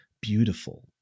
beautiful